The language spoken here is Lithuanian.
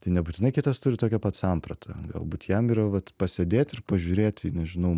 tai nebūtinai kitas turi tokią pat sampratą galbūt jam yra vat pasėdėt ir pažiūrėt į nežinau